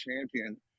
champion